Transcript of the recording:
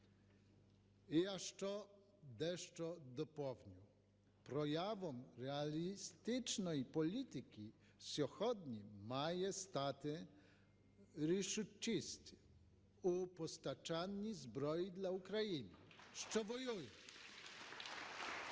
І я ще дещо доповню. Проявом реалістичної політики сьогодні має стати рішучість у постачанні зброї для України, що воює.